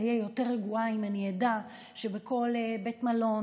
אהיה יותר רגועה אם אני אדע שבכל בית מלון,